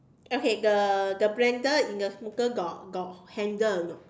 okay the the blender in the smoothie got got handle or not